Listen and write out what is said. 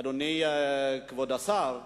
אדוני כבוד השר: